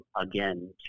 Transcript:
again